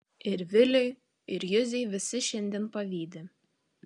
ir viliui ir juzei visi šiandien pavydi